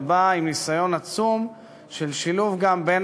ובאה עם ניסיון עצום של שילוב גם בין